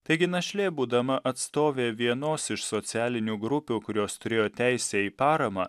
taigi našlė būdama atstovė vienos iš socialinių grupių kurios turėjo teisę į paramą